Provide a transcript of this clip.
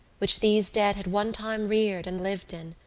which these dead had one time reared and lived in,